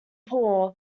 poor